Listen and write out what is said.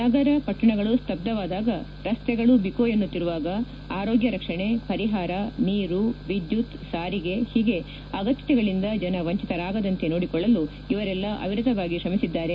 ನಗರ ಪಟ್ಟಣಗಳು ಸ್ಥಬ್ದವಾದಾಗ ರಸ್ತೆಗಳು ಬಿಕೋ ಎನ್ನುತ್ತಿರುವಾಗ ಆರೋಗ್ಯ ರಕ್ಷಣೆ ಪರಿಹಾರ ನೀರು ವಿದ್ಯುತ್ ಸಾರಿಗೆ ಹೀಗೆ ಅಗತ್ಯತೆಗಳಿಂದ ಜನ ವಂಚಿತರಾಗದಂತೆ ನೋಡಿಕೊಳ್ಲಲು ಇವರೆಲ್ಲ ಅವಿರತವಾಗಿ ಶ್ರಮಿಸಿದ್ದಾರೆ